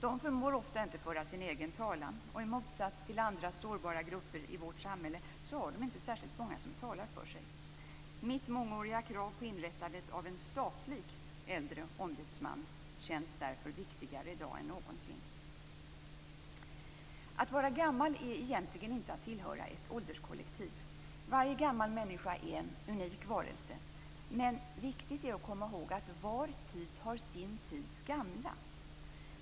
De förmår ofta inte föra sin egen talan, och i motsats till andra sårbara grupper i vårt samhälle har de inte särskilt många som talar för sig. Mitt mångåriga krav på inrättandet av en statlig Äldreombudsman känns därför viktigare i dag än någonsin. Att vara gammal är egentligen inte att tillhöra ett ålderskollektiv. Varje gammal människa är en unik varelse. Men viktigt är att komma ihåg att var tid har sin tids gamla.